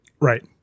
Right